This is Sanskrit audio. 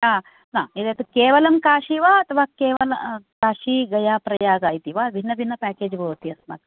न एतत् केवलं काशी वा अथवा केवल काशी गया प्रयाग इति वा भिन्न भिन्न पैकेज् भवति अस्माकम्